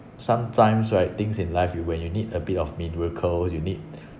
sometimes right things in life you when you need a bit of miracles you need